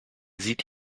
sieht